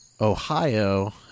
Ohio